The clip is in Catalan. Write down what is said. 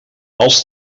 els